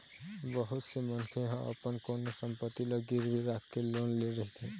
बहुत से मनखे ह अपन कोनो संपत्ति ल गिरवी राखके लोन ले रहिथे